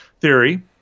theory